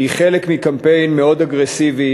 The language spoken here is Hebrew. והיא חלק מקמפיין מאוד אגרסיבי